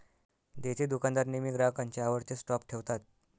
देतेदुकानदार नेहमी ग्राहकांच्या आवडत्या स्टॉप ठेवतात